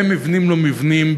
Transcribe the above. במבנים לא מבנים,